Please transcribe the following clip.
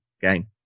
game